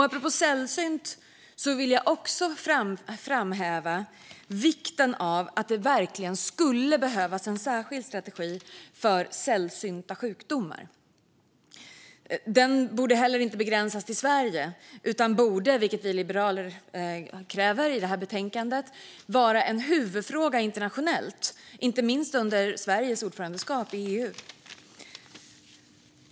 Apropå sällsynt vill jag också framhålla att det verkligen skulle behövas en särskild strategi för sällsynta sjukdomar. Den borde heller inte begränsas till Sverige utan borde, vilket vi i Liberalerna kräver i betänkandet, vara en huvudfråga internationellt, inte minst under Sveriges ordförandeskap i EU.